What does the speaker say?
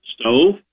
stove